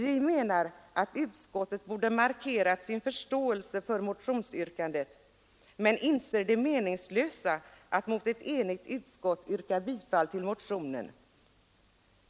Vi menar att utskottet borde ha markerat sin förståelse för motionsyrkandet men inser det meningslösa i att mot ett enigt utskott yrka bifall till motionen.